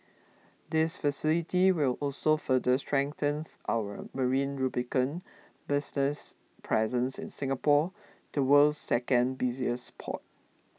this facility will also further strengthens our marine lubricant business's presence in Singapore the world's second busiest port